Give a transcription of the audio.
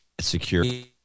security